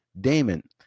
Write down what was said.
Damon